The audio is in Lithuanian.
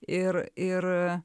ir ir